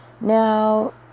Now